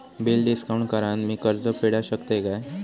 Bill discount करान मी कर्ज फेडा शकताय काय?